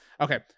okay